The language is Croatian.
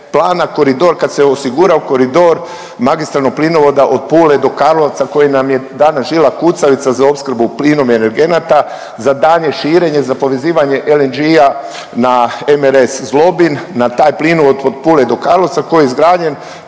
plana koridor, kad se osigurao koridor magistralnog plinovoda od Pule do Karlovca koji nam je danas žila kucavica za opskrbu plinom i energenata, za daljnje širenje, za povezivanje LNG-a na MRS Zlobin na taj plinovod od Pule do Karlovca koji je izgrađen